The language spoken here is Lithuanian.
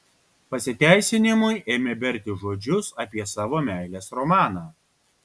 pasiteisinimui ėmė berti žodžius apie savo meilės romaną